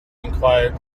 enquired